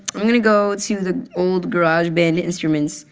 i'm going to go to the old garageband instruments.